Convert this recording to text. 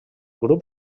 grup